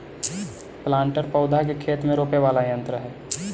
planter पौधा के खेत में रोपे वाला यन्त्र हई